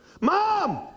Mom